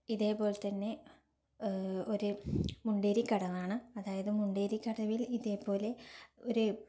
ഇതേപോലെതന്നെ ഒരു മുണ്ടേരിക്കടവണ് അതായത് മുണ്ടേരിക്കടവില് ഇതേപോലെ ഒരു